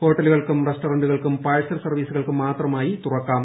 ഹോട്ടലുകൾക്കും റെസ്റ്റോറന്റുകൾക്കും പാഴ്സൽ സർവീസുകൾക്കു മാത്രമായി തുറക്കാം